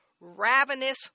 ravenous